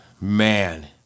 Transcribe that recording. man